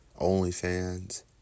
OnlyFans